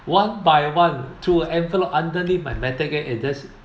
one by one to envelope underneath my metal gate and just